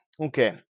Okay